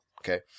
Okay